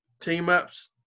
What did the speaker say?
team-ups